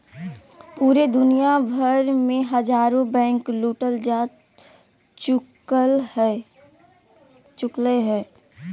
पूरे दुनिया भर मे हजारो बैंके लूटल जा चुकलय हें